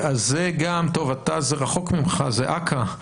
זה רחוק ממך, זה אכ"א.